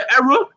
error